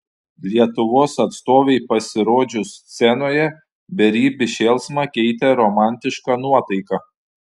lietuvos atstovei pasirodžius scenoje beribį šėlsmą keitė romantiška nuotaika